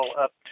up